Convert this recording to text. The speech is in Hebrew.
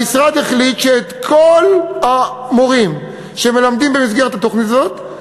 המשרד החליט שאת כל המורים שמלמדים במסגרת התוכנית הזו,